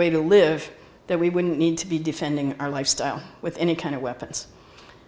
way to live that we wouldn't need to be defending our lifestyle with any kind of weapons